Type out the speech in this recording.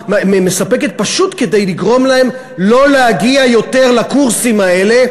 פשוט כדי לגרום להם לא להגיע יותר לקורסים האלה,